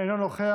אינו נוכח,